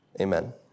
Amen